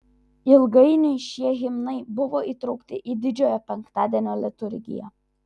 ilgainiui šie himnai buvo įtraukti į didžiojo penktadienio liturgiją